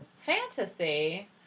fantasy